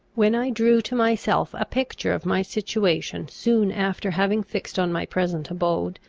when i drew to myself a picture of my situation soon after having fixed on my present abode,